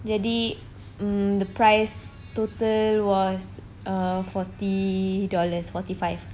jadi um the price total was err forty dollars forty five